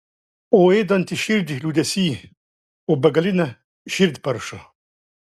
o ėdantis širdį liūdesy o begaline širdperša